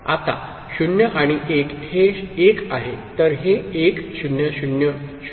आता 0 आणि 1 हे 1 आहे तर हे 1 0 0 0